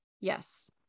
Yes